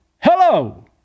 Hello